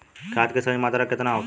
खाद्य के सही मात्रा केतना होखेला?